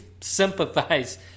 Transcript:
sympathize